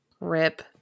Rip